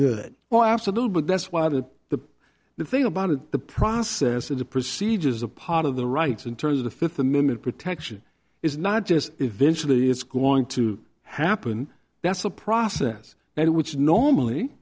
well absolutely but that's why the the the thing about it the process of the procedures the part of the rights in terms of the fifth amendment protection is not just eventually it's going to happen that's a process which normally